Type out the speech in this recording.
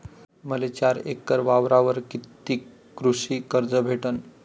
मले चार एकर वावरावर कितीक कृषी कर्ज भेटन?